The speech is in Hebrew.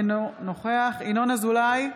אינו נוכח ינון אזולאי,